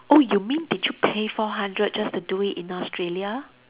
oh you mean did you pay four hundred just to do it in Australia